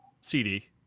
cd